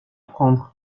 prendre